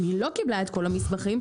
אם לא קיבלה את כל המסמכים,